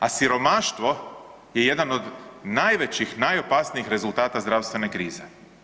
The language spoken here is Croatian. A siromaštvo je jedan od najvećih i najopasnijih rezultata zdravstvene krize.